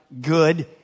good